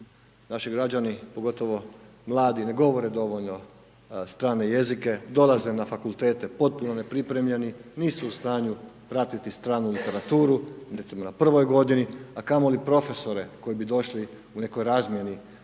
Naši građani, pogotovo mladi ne govore dovoljno strane jezike, dolaze na fakultete, postupno nepripremljeni, nisu u stanju pratiti stranu literaturu, recimo na prvoj godini, a kamo li profesore, koji bi došli preko razmjeni